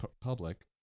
public